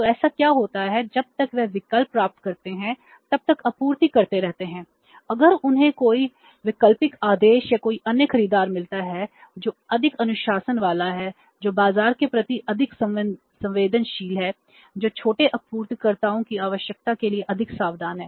तो ऐसा क्या होता है जब तक वे विकल्प प्राप्त करते हैं तब तक आपूर्ति करते रहते हैं अगर उन्हें कोई वैकल्पिक आदेश या कोई अन्य खरीदार मिलता है जो अधिक अनुशासन वाला है जो बाजार के प्रति अधिक संवेदनशील है जो छोटे आपूर्तिकर्ताओं की आवश्यकता के लिए अधिक सावधान है